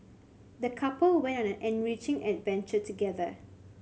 the couple went on an enriching adventure together